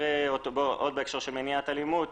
עוד בהקשר של מניעת אלימות,